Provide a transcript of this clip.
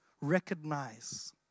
recognize